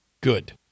Good